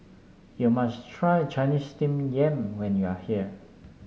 you must try Chinese Steamed Yam when you are here